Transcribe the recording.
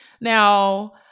Now